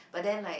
but then like